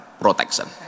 protection